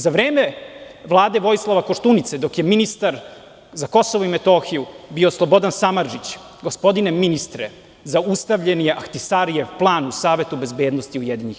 Za vreme Vlade Vojislava Koštunice, dok je ministar za Kosovo i Metohiju bio Slobodan Samardžić, gospodine ministre, zaustavljen je Ahtisarijev plan u Savetu bezbednosti UN.